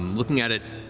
looking at it,